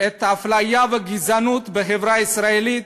את האפליה והגזענות בחברה הישראלית,